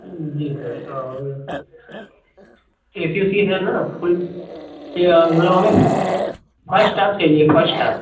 ji sir A C वैसी है ना फुल या मतलब हमें फस्ट टाप चाहिए फस्ट टाप